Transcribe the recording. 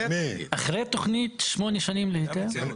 אחרי תכנית שמונה שנים להיתר?